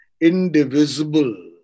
indivisible